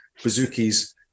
bazookis